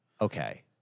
Okay